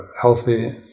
healthy